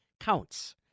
counts